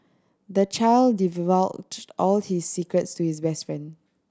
the child all his secrets to his best friend